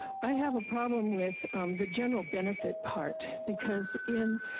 i have a problem with the general benefit part. because in,